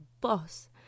boss